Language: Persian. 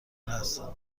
هستم